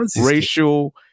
racial